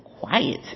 Quiet